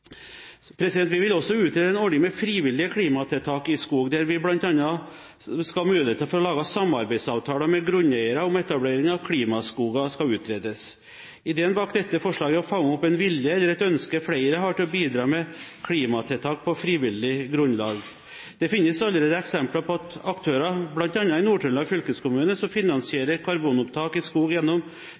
så høy at ordningen går tom for midler lenge før året er omme. Vi vil også utrede en ordning med frivillig klimatiltak i skog, der bl.a. muligheten for å lage samarbeidsavtaler med grunneiere om etablering av klimaskoger skal utredes. Ideen bak dette forslaget er å fange opp en vilje eller et ønske flere har, til å bidra med klimatiltak på frivillig grunnlag. Det finnes allerede eksempler på at aktører – bl.a. i Nord-Trøndelag fylkeskommune – finansierer karbonopptak i skog gjennom